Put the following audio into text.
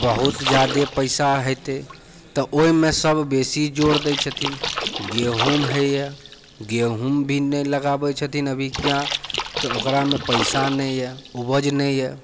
बहुत जादे पैसा हेतै तऽ ओइमे सब बेसी जोर दै छथिन गहूँम होइए गहूँम भी नहि लगाबै छथिन अभी किया तऽ ओकरामे पैसा नहि यए उपज नहि यऽ